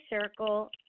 circle